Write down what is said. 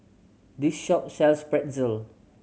this shop sells Pretzel